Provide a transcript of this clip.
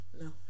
No